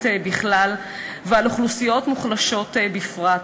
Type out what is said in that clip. בכלל ועל אוכלוסיות מוחלשות בפרט.